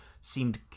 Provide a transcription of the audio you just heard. seemed